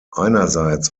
einerseits